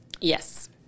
Yes